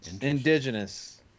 Indigenous